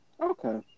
Okay